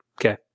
Okay